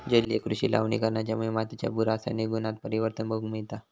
जलीय कृषि लवणीकरणाच्यामुळे मातीच्या भू रासायनिक गुणांत परिवर्तन बघूक मिळता